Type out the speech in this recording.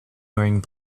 wearing